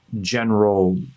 general